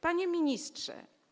Panie Ministrze!